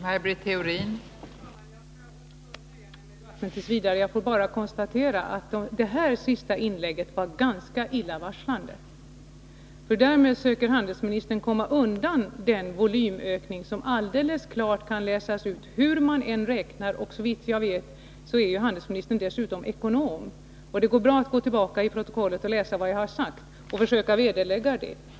Fru talman! Jag skall också nöja mig med den här debatten t. v. Jag vill bara konstatera att det senaste inlägget var ganska illavarslande. Därmed söker handelsministern komma undan den volymökning som alldeles klart kan läsas ut, hur man än räknar. Och räkna bör väl handelsministern kunna som såvitt jag vet dessutom är ekonom. Det går bra att gå tillbaka i protokollet och läsa vad jag har sagt och försöka vederlägga det.